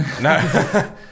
No